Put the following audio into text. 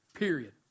Period